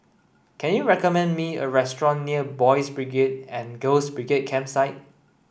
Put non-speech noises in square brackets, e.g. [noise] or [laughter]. can you recommend me a restaurant near Boys' [unintelligible] and Girls' [unintelligible] Campsite